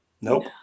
Nope